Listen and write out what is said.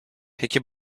peki